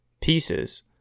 pieces